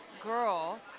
girl